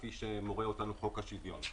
כפי שמורה אותנו חוק השוויון.